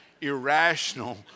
irrational